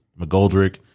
McGoldrick